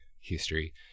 history